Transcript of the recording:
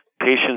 Patients